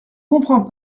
comprends